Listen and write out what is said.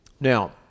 Now